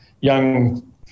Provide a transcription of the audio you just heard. young